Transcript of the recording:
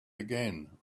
again